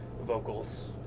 vocals